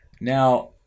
Now